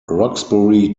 roxbury